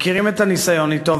מכירים את הניסיון אתו.